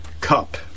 cup